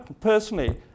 personally